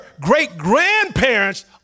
great-grandparents